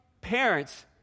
parents